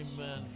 amen